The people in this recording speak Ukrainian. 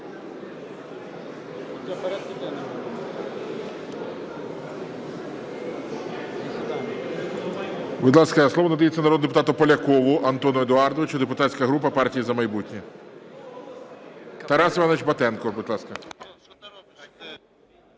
Будь ласка, слово надається народному депутату Полякову Антону Едуардовичу, депутатська група "Партія "За майбутнє". Тарас Іванович Батенко, будь ласка.